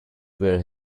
were